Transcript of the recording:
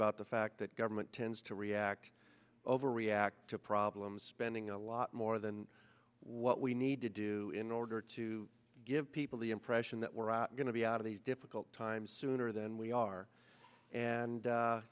about the fact that government tends to react overreact to problems spending a lot more than what we need to do in order to give people the impression that we're going to be out of these difficult times sooner than we are